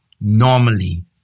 normally